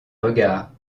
regards